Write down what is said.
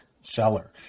seller